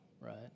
Right